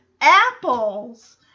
Apples